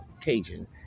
Cajun